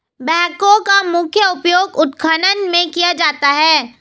backhoe का मुख्य उपयोग उत्खनन में किया जाता है